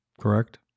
correct